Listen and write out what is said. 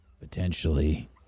potentially